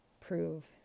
prove